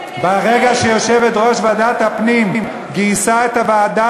ברגע שיושבת-ראש ועדת הפנים גייסה את הוועדה